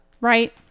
Right